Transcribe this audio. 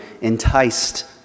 enticed